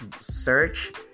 search